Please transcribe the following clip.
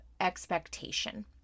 expectation